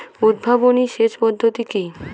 উদ্ভাবনী সেচ পদ্ধতি কি?